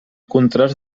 contrast